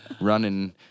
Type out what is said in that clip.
Running